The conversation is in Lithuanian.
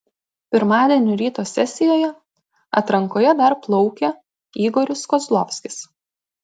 pirmadienio ryto sesijoje atrankoje dar plaukė igoris kozlovskis